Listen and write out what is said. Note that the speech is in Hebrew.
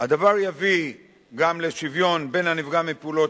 הדבר יביא גם לשוויון בין הנפגע מפעולות